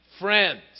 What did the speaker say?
friends